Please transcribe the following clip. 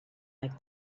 like